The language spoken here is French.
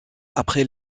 après